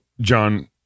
John